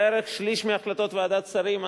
בערך שליש מהחלטות ועדת שרים,